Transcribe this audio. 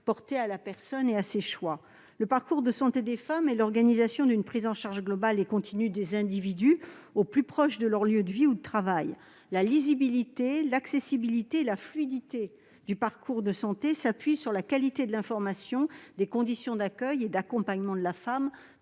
portée à la personne et à ses choix. Le parcours de santé des femmes est, quant à lui, l'organisation de la prise en charge globale et continue de celles-ci au plus proche de leur lieu de vie ou de travail. La lisibilité, l'accessibilité et la fluidité du parcours de santé s'appuient sur la qualité de l'information des conditions d'accueil et d'accompagnement de la femme